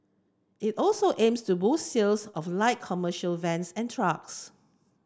it also aims to boost sales of light commercial vans and trucks